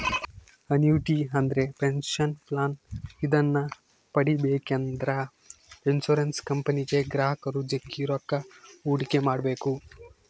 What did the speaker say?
annuity ಅಂದ್ರೆ pension plan ಇದನ್ನ ಪಡೆಬೇಕೆಂದ್ರ ಇನ್ಶುರೆನ್ಸ್ ಕಂಪನಿಗೆ ಗ್ರಾಹಕರು ಜಗ್ಗಿ ರೊಕ್ಕ ಹೂಡಿಕೆ ಮಾಡ್ಬೇಕು